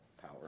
power